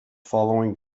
following